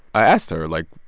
i asked her, like,